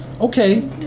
Okay